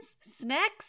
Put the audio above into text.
snacks